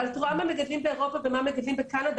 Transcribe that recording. אבל את רואה מה מגדלים באירופה ומה מגדלים בקנדה,